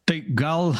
tai gal